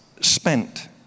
spent